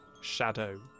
shadow